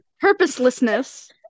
purposelessness